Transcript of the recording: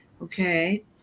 okay